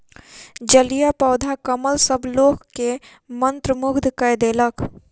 जलीय पौधा कमल सभ लोक के मंत्रमुग्ध कय देलक